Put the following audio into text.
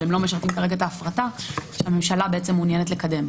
אבל הם לא משרתים כרגע את ההפרטה שהממשלה בעצם מעוניינת לקדם.